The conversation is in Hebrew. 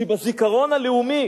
שבזיכרון הלאומי